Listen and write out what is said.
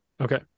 okay